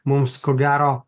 mums ko gero